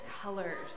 colors